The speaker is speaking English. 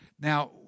Now